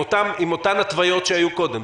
עם אותן התוויות שהיו קודם?